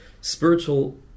spiritual